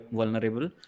vulnerable